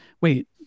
wait